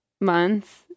months